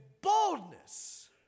boldness